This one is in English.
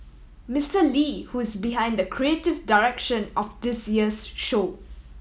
Mister Lee who is behind the creative direction of this year's show